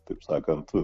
taip sakant